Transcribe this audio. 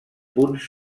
punts